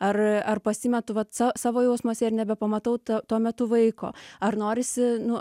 ar ar pasimetu vat sav savo jausmuose ir nebepamatau tuo metu vaiko ar norisi nu